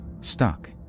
stuck